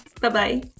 bye-bye